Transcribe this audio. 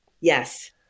Yes